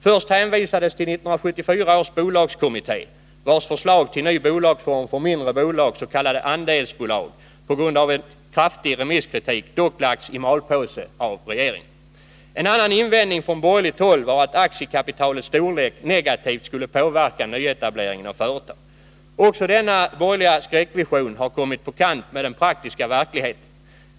Först hänvisades till 1974 års bolagskommitté, vars förslag till ny bolagsform för mindre bolag, s.k. andelsbolag, på grund av kraftig remisskritik dock lagts i malpåse av regeringen. En annan invändning från borgerligt håll var att aktiekapitalets storlek negativt skulle påverka nyetableringen av företag. Också denna borgerliga skräckvision har kommit på kant med den praktiska verkligheten.